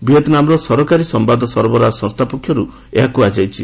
ଭିଏତ୍ନାମର ସରକାରୀ ସମ୍ଭାଦ ସରବରାହ ସଂସ୍ଥା ପକ୍ଷରୁ ଏହା କୁହାଯାଇଛି